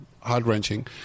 heart-wrenching